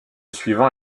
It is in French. suivant